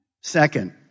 Second